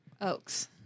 Oaks